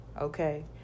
okay